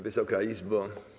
Wysoka Izbo!